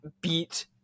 beat